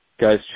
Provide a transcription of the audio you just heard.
guys